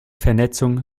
vernetzung